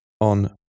on